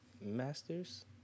masters